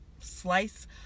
Slice